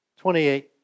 28